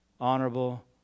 honorable